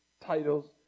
titles